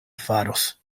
faros